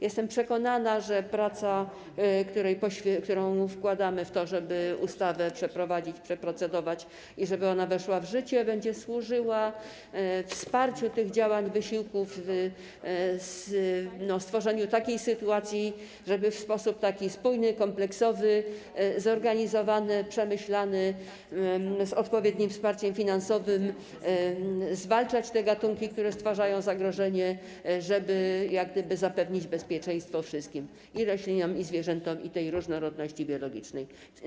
Jestem przekonana, że praca, którą wkładamy w to, żeby ustawę przeprowadzić, przeprocedować i żeby ona weszła w życie, będzie służyła wsparciu tych działań, wysiłków, stworzeniu sytuacji, żeby w sposób spójny, kompleksowy, zorganizowany, przemyślany, z odpowiednim wsparciem finansowym zwalczać te gatunki, które stwarzają zagrożenie, żeby jak gdyby zapewnić bezpieczeństwo wszystkim i roślinom, i zwierzętom w odniesieniu do różnorodności biologicznej.